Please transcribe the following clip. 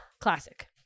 Classic